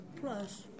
Plus